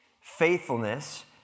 faithfulness